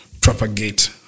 propagate